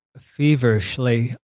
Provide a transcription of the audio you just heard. feverishly